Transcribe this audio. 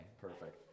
perfect